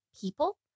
people